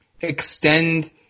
extend